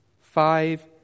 Five